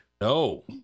No